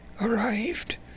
arrived